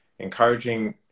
encouraging